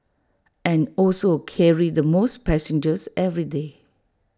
and also carry the most passengers every day